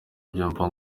byumba